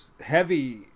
heavy